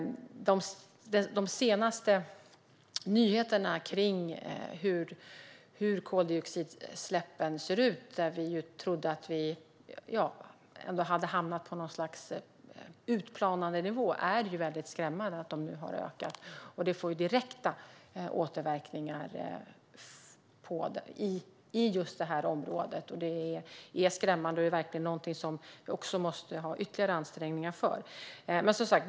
De senaste nyheterna när det gäller hur koldioxidutsläppen ser ut - vi trodde ju ändå att de hade börjat plana ut, men i själva verket har de ökat - är skrämmande. Det får direkta återverkningar i just det här området. Här måste vi göra ytterligare ansträngningar.